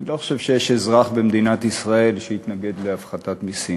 אני לא חושב שיש אזרח במדינת ישראל שיתנגד להפחתת מסים.